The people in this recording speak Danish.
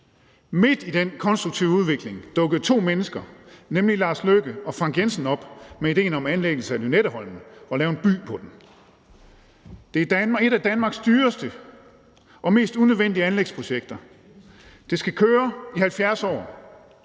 Midt i den konstruktive udvikling dukkede to mennesker, nemlig hr. Lars Løkke Rasmussen og Frank Jensen, op med idéen om anlæggelsen af Lynetteholmen og om at lave en by på den. Det er et af Danmarks dyreste og mest unødvendige anlægsprojekter. Det skal køre i 70 år.